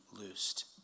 loosed